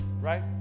right